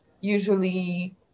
usually